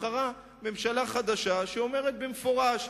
כשנבחרה ממשלה חדשה שאומרת במפורש: